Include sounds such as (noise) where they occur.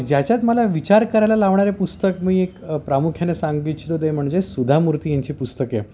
ज्याच्यात मला विचार करायला लावणारे पुस्तक मी एक प्रामुख्याने सांग (unintelligible) ते म्हणजे सुधा मूर्ती यांंची पुस्तके